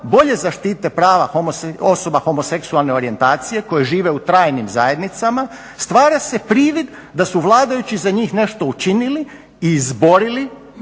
bolje zaštite prava osoba homoseksualne orijentacije koje žive u trajnim zajednicama stvara se privid da su vladajući za njih nešto učinili i izborili